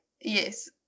yes